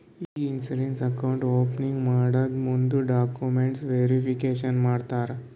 E insurance account opening ಮಾಡಾಗ್ ನಮ್ದು documents verification ಮಾಡ್ತಾರ